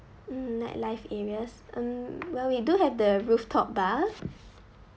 mm nightlife areas um well we do have the rooftop bar